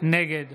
נגד